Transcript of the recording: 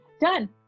Done